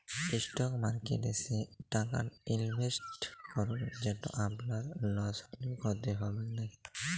stock মার্কেটে সে টাকাট ইলভেসেট করুল যেট আপলার লস হ্যলেও খ্যতি হবেক লায়